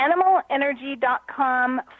animalenergy.com